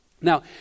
now